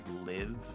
live